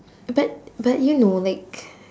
but but you know like